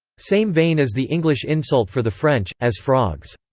same vein as the english insult for the french, as frogs.